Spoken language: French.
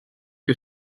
que